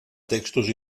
textos